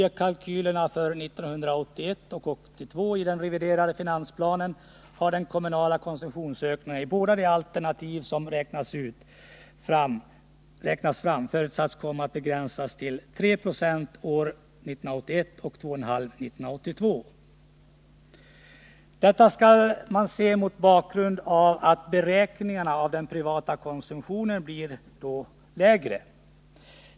I kalkylerna för 1981 och 1982 i den reviderade finansplanen har den kommunala konsumtionsökningen i båda de alternativ som räknats fram förutsatts komma att begränsas till 3 90 år 1981 och 2,5 90 1982. Detta skall man se mot bakgrund av att beräkningarna av den privata konsumtionen blir betydligt lägre.